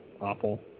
awful